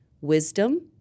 wisdom